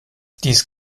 dies